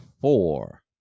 four